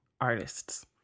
artists